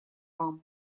вам